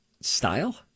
style